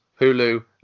Hulu